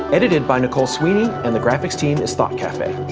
edited by nicole sweeney, and the graphics team is thought cafe.